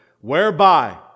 whereby